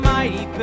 Mighty